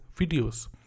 videos